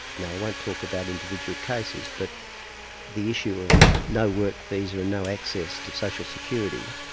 now i won't talk about individual cases, but the issue of no work visa and no access to social security,